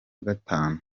gatanu